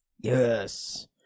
Yes